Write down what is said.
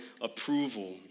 approval